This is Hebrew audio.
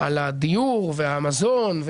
על הדיור והמזון,